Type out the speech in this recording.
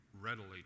readily